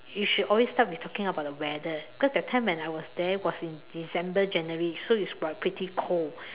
you should always start with talking about the weather because that time when I was there it was in December January so it was pretty cold